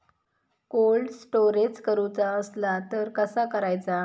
Cold storage करूचा असला तर कसा करायचा?